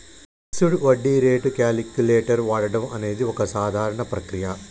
fixed వడ్డీ rate calculator వాడడం అనేది ఒక సాధారణ ప్రక్రియ